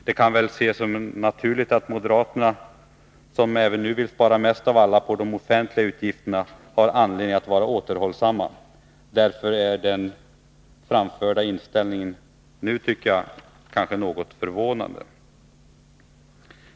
Det kan väl ses som naturligt att moderaterna, som även nu vill spara mest av alla på de offentliga utgifterna, har anledning att vara återhållsamma. Därför tycker jag att den nu framförda inställningen är något förvånande.